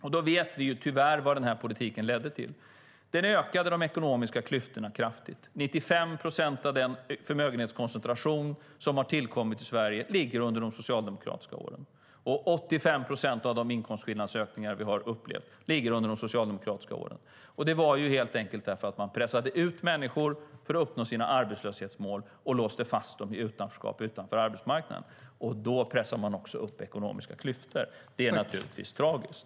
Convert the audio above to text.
Tyvärr vet vi vad den politiken ledde till: kraftigt ökade ekonomiska klyftor. 95 procent av den förmögenhetskoncentration som har tillkommit i Sverige ligger under de socialdemokratiska åren. 85 procent av de inkomstskillnadsökningar vi har upplevt ligger under de socialdemokratiska åren. Man pressade helt enkelt ut människor för att uppnå sina arbetslöshetsmål och låste fast dem i utanförskap utanför arbetsmarknaden. Då pressar man också upp de ekonomiska klyftorna. Det är tragiskt.